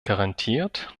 garantiert